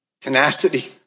tenacity